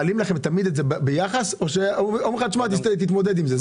מעלים לכם את זה ביחס או שאומרים לך שתתמודד עם זה.